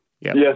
Yes